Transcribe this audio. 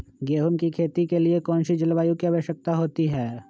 गेंहू की खेती के लिए कौन सी जलवायु की आवश्यकता होती है?